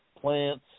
plants